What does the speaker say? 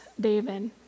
David